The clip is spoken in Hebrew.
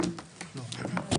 שלום רב,